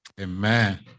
Amen